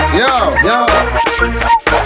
yo